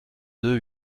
deux